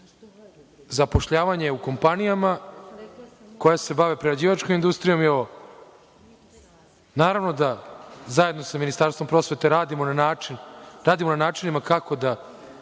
zapošljavanje u kompanijama koje se bave prerađivačkom industrijom, naravno da zajedno sa Ministarstvom prosvete radimo na načinima kako da